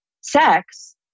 Sex